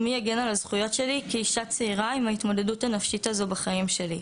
ומי יגן על הזכויות שלי כאישה צעירה עם ההתמודדות הנפשית הזו בחיים שלי.